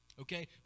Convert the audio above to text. okay